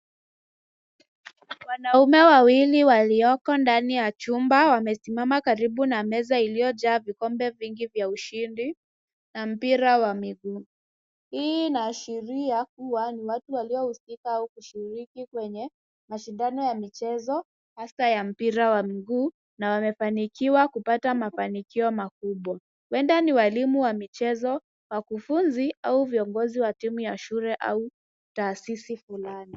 Wanaume wawili walioko ndani ya chumba wamesimama karibu na meza iliyojaa vikombe vingi vya ushindi na mpira wa miguu. Hii inaashiria kuwa ni watu waliohusika au kushiriki kwenye mashindano ya michezo hasa ya mpira wa miguu na wamefanikiwa kupata mafanikio makubwa. Huenda ni walimu wa michezo, wakufunzi au viongozi wa timu ya shule au taasisi fulani.